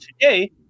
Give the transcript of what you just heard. today